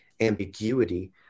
ambiguity